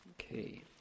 Okay